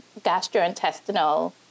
gastrointestinal